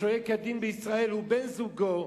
השוהה כדין בישראל, הוא בן זוגו,